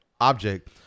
object